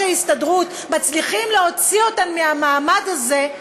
ההסתדרות מצליחים להוציא אותם מהמעמד הזה,